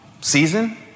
season